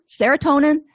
serotonin